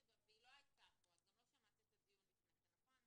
את גם לא שמעת את הדיון לפני כן, נכון?